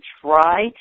try